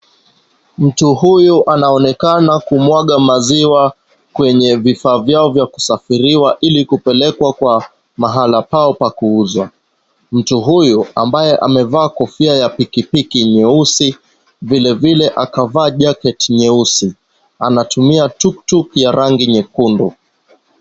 Mtu huyu anaonekana kumwaga maziwa kwenye vifaa vyao vya kusafirishwa ili kupelekwa kwa mahala pao pa kuuza. Mtu huyu ambaye amevaa kofia ya pikipiki nyeusi vilevile akavaa jaketi nyeusi, anatumia tuktuk ya rangi nyekundu.